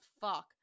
fuck